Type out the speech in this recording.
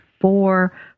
four